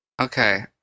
Okay